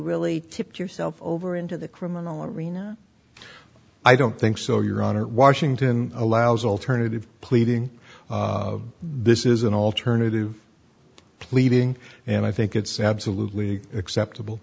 really tipped yourself over into the criminal arena i don't think so your honor washington allows alternative pleading this is an alternative pleading and i think it's absolutely acceptable